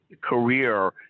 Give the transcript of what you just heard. career